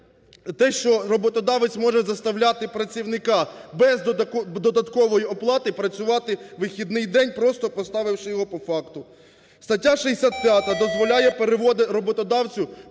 те, що роботодавець може заставляти працівника без додаткової оплати працювати у вихідний день, просто поставивши його по факту. Стаття 65 дозволяє роботодавцю